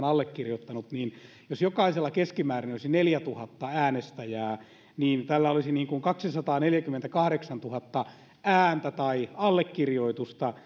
allekirjoittanut ja jos jokaisella olisi keskimäärin neljätuhatta äänestäjää niin tällä olisi kaksisataaneljäkymmentäkahdeksantuhatta ääntä tai allekirjoitusta